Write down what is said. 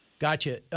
Gotcha